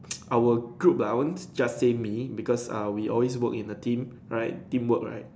our group lah I won't just say me because uh we always work in a team right teamwork right